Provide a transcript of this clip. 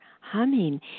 humming